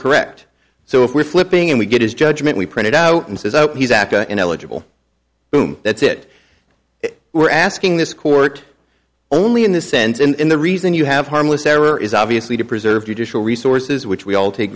correct so if we're flipping and we get his judgment we printed out and says oh he's aca ineligible boom that's it we're asking this court only in this sense and the reason you have harmless error is obviously to preserve judicial resources which we all take